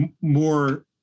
more-